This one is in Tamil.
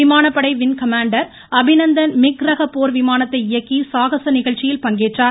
விமானப்படை வின் கமாண்டர் அபிநந்தன் மிக் ரக போர்விமானத்தை இயக்கி சாகச நிகழ்ச்சியில் பங்கேற்றார்